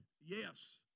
yes